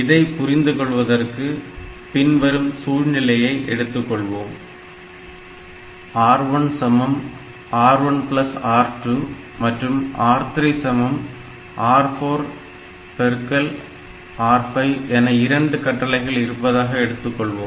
இதைப் புரிந்து கொள்வதற்காக பின்வரும் சூழ்நிலையை எடுத்துக் கொள்வோம் R1 R1 R2 மற்றும் R3 R4 R5 என இரண்டு கட்டளைகள் இருப்பதாக எடுத்துக்கொள்வோம்